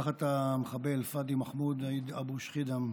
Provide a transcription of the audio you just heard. למשפחת המחבל פאדי מחמוד אבו שחידם,